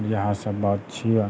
इएह सब बात छिएह